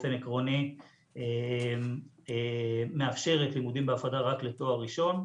באופן עקרוני מאפשרת לימודים בהפרדה רק לתואר ראשון.